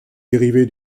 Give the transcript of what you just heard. dérivé